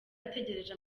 ategereje